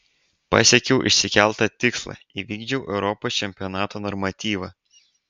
pasiekiau išsikeltą tikslą įvykdžiau europos čempionato normatyvą